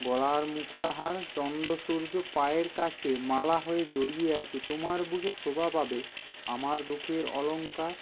গলার মুক্তাহার চন্দ্র সূর্য পায়ের কাছে মালা হয়ে জড়িয়ে আছে তোমার বুকে শোভা পাবে আমার দুখের অলংকার